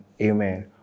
Amen